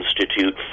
Institute